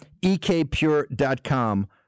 ekpure.com